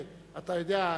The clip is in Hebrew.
אתה יודע,